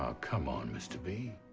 ah come on, mr. b.